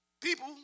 People